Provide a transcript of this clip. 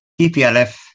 TPLF